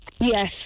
Yes